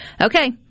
Okay